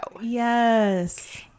Yes